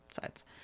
sides